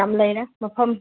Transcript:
ꯌꯥꯝ ꯂꯩꯔꯦ ꯃꯐꯝ